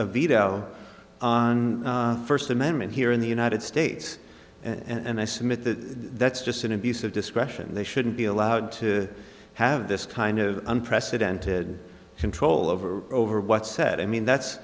a veto on the first amendment here in the united states and i submit that that's just an abuse of discretion and they shouldn't be allowed to have this kind of unprecedented control over over what's said i mean that's